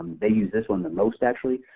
they use this one the most actually,